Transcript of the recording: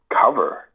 cover